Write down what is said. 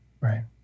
Right